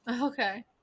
Okay